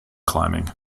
climbing